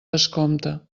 descompte